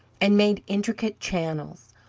and made intricate channels,